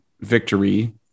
victory